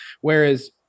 whereas